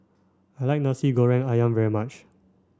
I like Nasi goreng Ayam very much